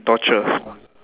torture